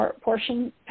portion